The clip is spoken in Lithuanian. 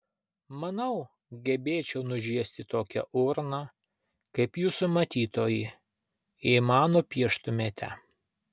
manau gebėčiau nužiesti tokią urną kaip jūsų matytoji jei man nupieštumėte